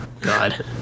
God